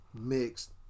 Mixed